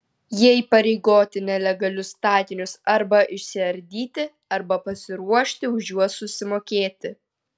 jie įpareigoti nelegalius statinius arba išsiardyti arba pasiruošti už juos susimokėti